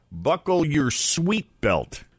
BuckleYourSweetBelt